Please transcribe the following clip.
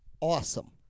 awesome